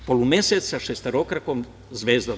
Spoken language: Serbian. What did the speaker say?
Polumesec sa šestokrakom zvezdom.